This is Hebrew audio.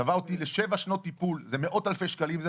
תבעו אותי לשבע שנות טיפול, מאות אלפי שקלים.